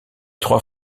trois